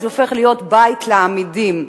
הופך להיות בית לאמידים,